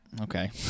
okay